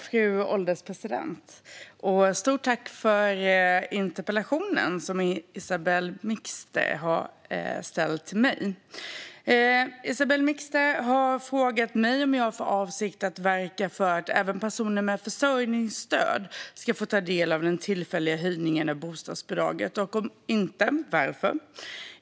Fru ålderspresident! Stort tack till Isabell Mixter för interpellationen som hon har ställt till mig! Isabell Mixter har frågat mig om jag har för avsikt att verka för att även personer med försörjningsstöd ska få ta del av den tillfälliga höjningen av bostadsbidraget och om inte, varför.